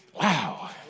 Wow